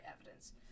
evidence